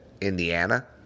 Indiana